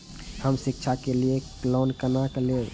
हम शिक्षा के लिए लोन केना लैब?